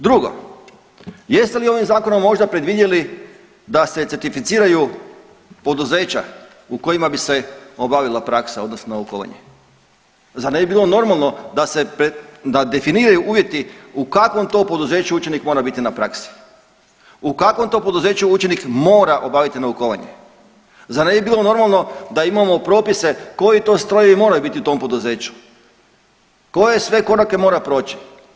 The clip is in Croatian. Drugo, jeste li ovim zakonom možda predvidjeli da se certificiraju poduzeća u kojima bi se obavila praksa odnosno naukovanje, zar ne bi bilo normalno da se definiraju uvjeti u kakvom to poduzeću učenik mora biti na praksi, u kakvom to poduzeću učenik mora obaviti naukovanje, zar ne bilo normalno da imamo propise koji to strojevi moraju biti u tom poduzeću, koje sve korake mora proći?